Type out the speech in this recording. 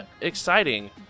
exciting